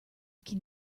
can